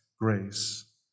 grace